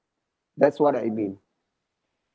that's what I mean